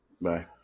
Bye